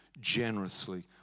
generously